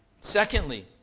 Secondly